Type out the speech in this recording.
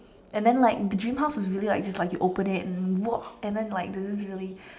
and then like the dream house was really like this like you open it and you walk and then like there's this really